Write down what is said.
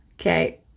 okay